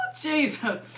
Jesus